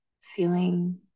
feeling